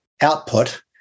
output